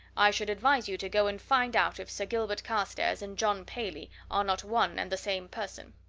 i should advise you to go and find out if sir gilbert carstairs and john paley are not one and the same person!